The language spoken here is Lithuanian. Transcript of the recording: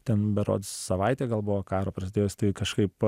ten berods savaitė gal buvo karo prasidėjus tai kažkaip